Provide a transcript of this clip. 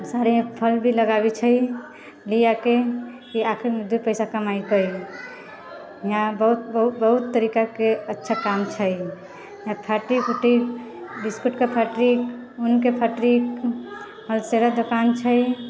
साड़ीमे फ़ॉल भी लगाबैत छै ले आके दू पैसा कमाइ कयली यहाँ बहुत बहुत बहुत तरीकाके अच्छा अच्छा काम छै फैक्टरी उकटरी बिस्कुटके फैक्टरी ऊनके फैक्टरी होलसेलर दुकान छै